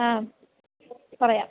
ആ പറയാം